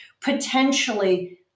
potentially